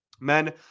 Men